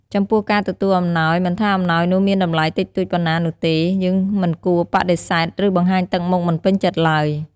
ចំពោះការទទួលអំណោយ មិនថាអំណោយនោះមានតម្លៃតិចតួចប៉ុណ្ណានោះទេ យើងមិនគួរបដិសេធ ឬបង្ហាញទឹកមុខមិនពេញចិត្តឡើយ។